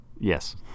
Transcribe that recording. yes